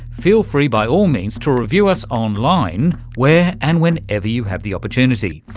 feel free by all means to review us online where and whenever you have the opportunity.